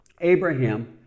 Abraham